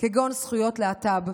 כגון זכויות להט"ב.